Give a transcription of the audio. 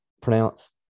pronounced